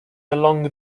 along